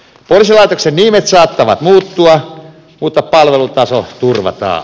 poliisilaitosten nimet saattavat muuttua mutta palvelutaso turvataan